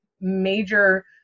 major